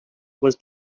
was